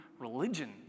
religion